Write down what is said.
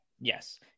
Yes